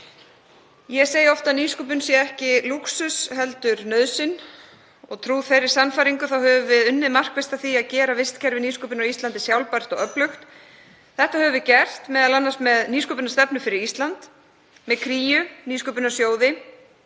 Ég segi oft að nýsköpun sé ekki lúxus heldur nauðsyn og trú þeirri sannfæringu höfum við unnið markvisst að því að gera vistkerfi nýsköpunar á Íslandi sjálfbært og öflugt. Þetta höfum við gert, m.a. með nýsköpunarstefnu fyrir Ísland, með Kríu, nýsköpunarsjóði,